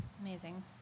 Amazing